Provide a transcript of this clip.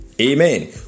Amen